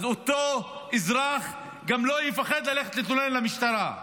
אז אותו אזרח גם לא יפחד ללכת להתלונן למשטרה.